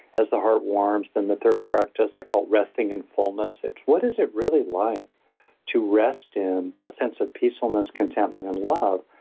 as the heart warms, then the third practice i call resting and fullness. it's what is it really like to rest in a sense of peacefulness, contentment and love?